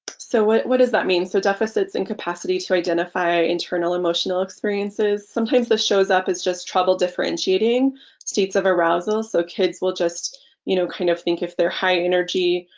so what what does that mean? so deficits and capacity to identify internal emotional experiences. sometimes the shows up is just trouble differentiating states of arousal. so kids will just you know kind of think if they're high energy